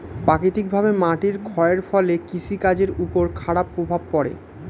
প্রাকৃতিকভাবে মাটির ক্ষয়ের ফলে কৃষি কাজের উপর খারাপ প্রভাব পড়ে